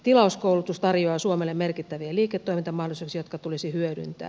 tilauskoulutus tarjoaa suomelle merkittäviä liiketoimintamahdollisuuksia jotka tulisi hyödyntää